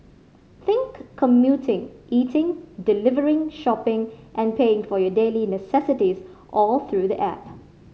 think commuting eating delivering shopping and paying for your daily necessities all through the app